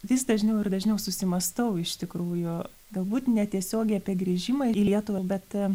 vis dažniau ir dažniau susimąstau iš tikrųjų galbūt netiesiogiai apie grįžimą į lietuvą bet